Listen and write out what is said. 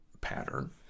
pattern